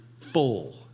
full